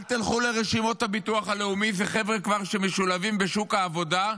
אל תלכו לרשימות הביטוח הלאומי ולחבר'ה שכבר משולבים בשוק העבודה.